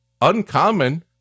Uncommon